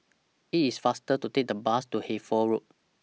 IT IS faster to Take The Bus to Hertford Road